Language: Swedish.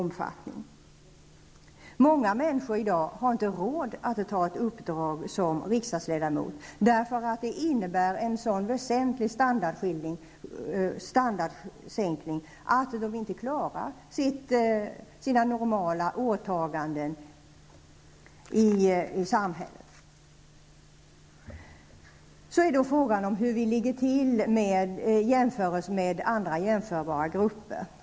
Många människor har i dag inte råd att ta ett uppdrag som riksdagsledamot, eftersom det innebär en så väsentlig standardsänkning att de inte klarar sina normala åtaganden i samhället. Frågan är då hur vi ligger till i förhållande till andra jämförbara grupper.